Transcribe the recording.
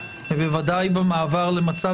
היינו מסרבים לקבל את הכרזת